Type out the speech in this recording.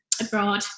abroad